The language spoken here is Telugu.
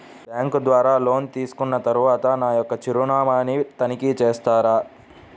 బ్యాంకు ద్వారా లోన్ తీసుకున్న తరువాత నా యొక్క చిరునామాని తనిఖీ చేస్తారా?